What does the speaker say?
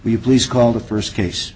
we've least call the first case